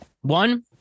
One